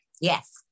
yes